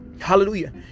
hallelujah